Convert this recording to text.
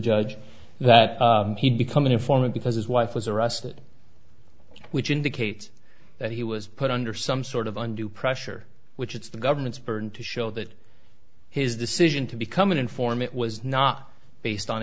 judge that he'd become an informant because his wife was arrested which indicates that he was put under some sort of undue pressure which it's the government's burden to show that his decision to become an informant was not based on